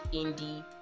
indie